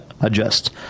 adjust